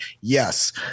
Yes